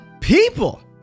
people